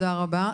תודה רבה.